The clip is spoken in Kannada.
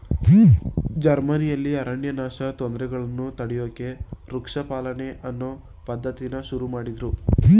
ಜರ್ಮನಿಲಿ ಅರಣ್ಯನಾಶದ್ ತೊಂದ್ರೆಗಳನ್ನ ತಡ್ಯೋಕೆ ವೃಕ್ಷ ಪಾಲನೆ ಅನ್ನೋ ಪದ್ಧತಿನ ಶುರುಮಾಡುದ್ರು